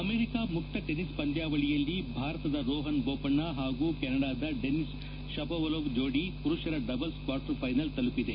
America ಮುಕ್ತ tennis ಪಂದ್ಯಾವಳಿಯಲ್ಲಿ ಭಾರತದ ರೋಹನ್ ಬೊಪಣ್ಣ ಹಾಗೂ ಕೆನಡಾದ ಡೆನಿಸ್ ಶಪೊವಲೊವ್ ಜೋದಿ ಪುರುಷರ ಡಬಲ್ಪ್ ಕ್ವಾರ್ಟರ್ ಫೈನಲ್ಪ್ ತೆಲುಪಿದೆ